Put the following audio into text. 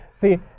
see